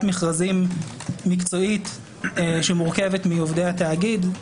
מכרזים מקצועית שמורכבת מעובדי התאגיד,